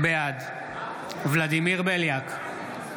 בעד ולדימיר בליאק,